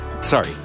Sorry